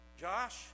Josh